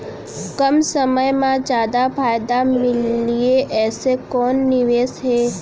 कम समय मा जादा फायदा मिलए ऐसे कोन निवेश हे?